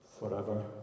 Forever